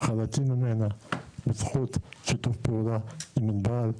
חלקים ממנה בייחוד שיתוף פעולה עם ענבל,